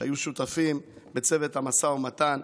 שהיו שותפים בצוות המשא ומתן,